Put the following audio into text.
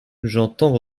j’entends